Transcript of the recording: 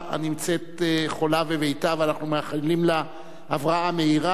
הנמצאת חולה בביתה ואנחנו מאחלים לה הבראה מהירה,